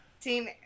Team